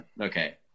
okay